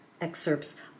excerpts